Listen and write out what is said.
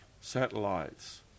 satellites